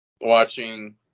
Watching